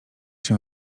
się